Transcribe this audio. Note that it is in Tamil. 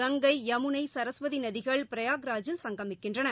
கங்கை யமுனை சரஸ்வதி நதிகள் பிரயாகையில் சங்கமிக்கின்றன